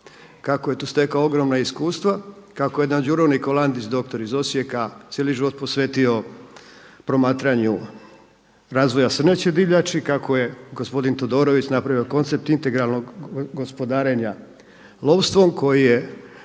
kako je tu stekao ogromna iskustva, kako je jedan Đuro Nikolandić doktor iz Osijeka cijeli život posvetio promatranju razvoja srneće divljači, kako je gospodin Todorović napravio koncept integralnog gospodarenja lovstvom koji je